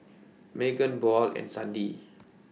Meagan Buel and Sandie